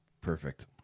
perfect